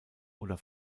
oder